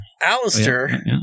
alistair